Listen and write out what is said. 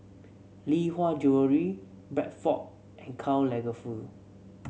Lee Hwa Jewellery Bradford and Karl Lagerfeld